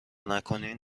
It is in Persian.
نکنین